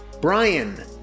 Brian